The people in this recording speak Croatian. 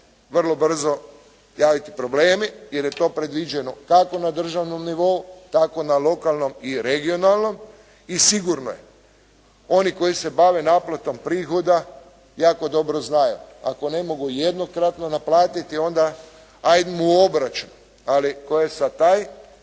vrlo brzo javiti problemi jer je to predviđeno kako na državnom nivou tako na lokalnom i regionalnom i sigurno je, oni koji se bave naplatom prihoda, jako dobro znaju ako ne mogu jednokratno naplatiti onda ajmo u obračun, ali koje je sad taj